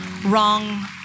wrong